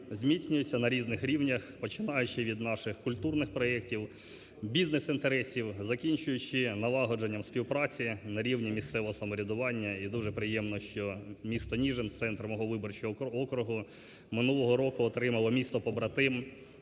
зміцнюються на різних рівнях, починаючи від наших культурних проектів, бізнес-інтересів, закінчуючи налагодженням співпраці на рівні місцевого самоврядування. І дуже приємно, що місто Ніжин – центр мого виборчого округу минулого року отримало місто побратим